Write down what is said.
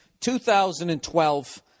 2012